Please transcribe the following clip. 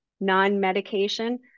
non-medication